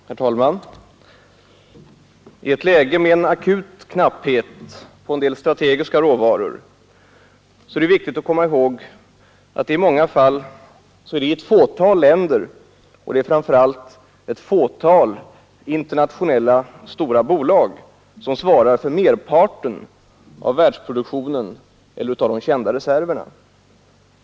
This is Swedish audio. Herr talman! I ett läge med en akut knapphet på vissa strategiska råvaror är det viktigt att komma ihåg att det i många fall är ett fåtal länder och framför allt ett fåtal internationella stora bolag som svarar för merparten av världsproduktionen eller av de kända reserverna.